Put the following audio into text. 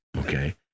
Okay